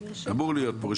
אמורים להיות כאן.